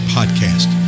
Podcast